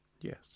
Yes